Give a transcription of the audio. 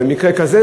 במקרה כזה,